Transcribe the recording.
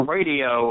Radio